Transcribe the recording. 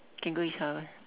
can go his house